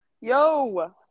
Yo